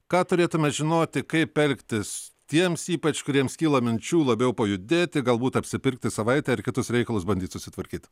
ką turėtume žinoti kaip elgtis tiems ypač kuriems kyla minčių labiau pajudėti galbūt apsipirkti savaitei ir kitus reikalus bandyt susitvarkyt